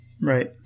Right